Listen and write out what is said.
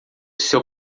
seu